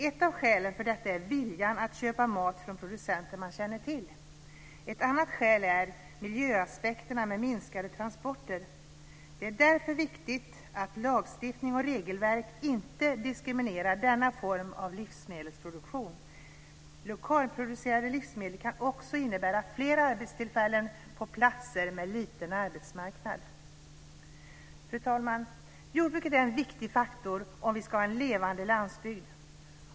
Ett av skälen för detta är viljan att köpa mat från producenter man känner till. Ett annat skäl är miljöaspekterna med minskade transporter. Det är därför viktigt att lagstiftning och regelverk inte diskriminerar denna form av livsmedelsproduktion. Lokalproducerade livsmedel kan också innebära fler arbetstillfällen på platser med liten arbetsmarknad. Fru talman! Jordbruket är en viktig faktor om vi ska ha en levande landsbygd.